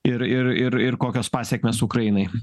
ir ir ir ir kokios pasekmės ukrainai